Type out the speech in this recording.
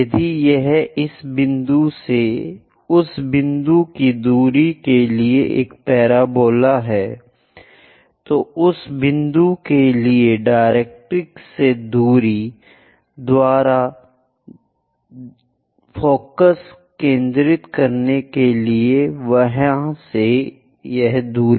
यदि यह इस बिंदु से उस बिंदु की दूरी के लिए एक पैराबोला है तो उस बिंदु के लिए डायरेक्ट्रिक्स से दूरी द्वारा ध्यान केंद्रित करने के लिए वहां से दूरी